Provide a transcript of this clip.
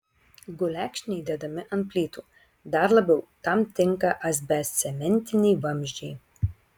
gulekšniai dedami ant plytų dar labiau tam tinka asbestcementiniai vamzdžiai